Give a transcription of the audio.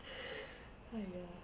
!aiya!